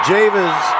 Javis